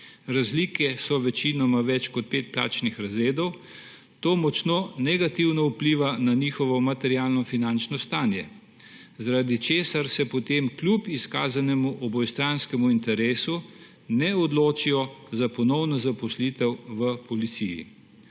razlike pa so večinoma več kot pet plačnih razredov, to močno negativno vpliva na njihovo materialno finančno stanje, zaradi česar se potem kljub izkazanemu obojestranskemu interesu ne odločijo za ponovno zaposlitev v policiji.